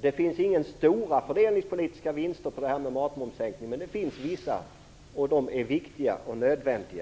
Det finns inga stora fördelningspolitiska vinster med en matmomssänkning. Men det finns vissa, och de är viktiga och nödvändiga.